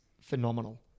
phenomenal